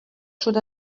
should